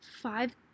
five